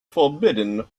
forbidden